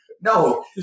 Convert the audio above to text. No